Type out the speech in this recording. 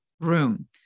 room